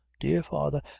dear father,